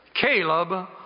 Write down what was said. Caleb